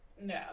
No